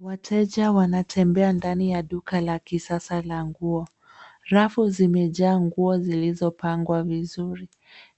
Wateja wanatembea ndani ya duka la kisasa la nguo. Rafu zimejaa nguo zilizopangwa vizuri,